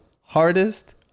hardest